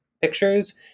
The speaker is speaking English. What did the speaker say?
pictures